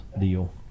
deal